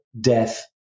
Death